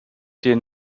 den